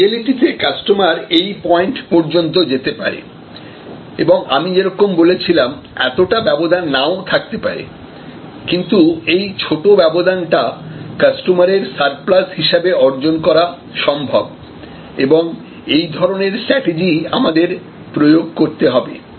রিয়েলিটিতে customer এই point পর্যন্ত যেতে পারে এবং আমি যেরকম বলেছিলাম এতটা ব্যবধান নাও থাকতে পারে কিন্তু এই ছোট ব্যবধানটা কাস্টমারের সারপ্লাস হিসাবে অর্জন করা সম্ভব এবং এই ধরনের স্ট্র্যাটেজিই আমাদের প্রয়োগ করতে হবে